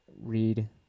Read